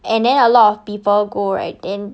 and then a lot of people go right then